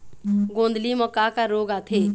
गोंदली म का का रोग आथे?